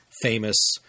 famous